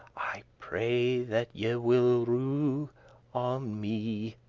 i pray that ye will rue on me